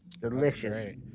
Delicious